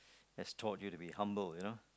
has taught you to be humble you know